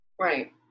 Right